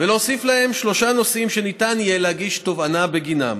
ולהוסיף להם שלושה נושאים שניתן יהיה להגיש תובענה בגינם,